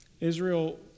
Israel